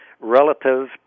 Relative